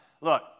look